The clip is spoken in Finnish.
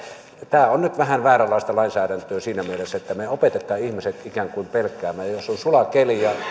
tämä on nyt vähän vääränlaista lainsäädäntöä siinä mielessä että me opetamme ihmiset ikään kuin pelkäämään jos on sula keli ja